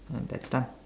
and that's done